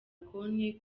konti